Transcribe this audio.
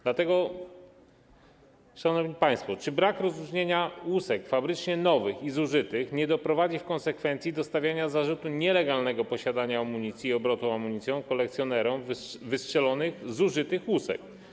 Dlatego, szanowni państwo, czy brak rozróżnienia łusek fabrycznie nowych i zużytych nie doprowadzi w konsekwencji do stawiania zarzutu nielegalnego posiadania amunicji i obrotu amunicją kolekcjonerom wystrzelonych, zużytych łusek?